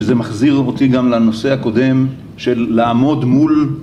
זה מחזיר אותי גם לנושא הקודם של לעמוד מול